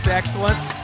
excellence